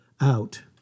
out